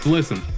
Listen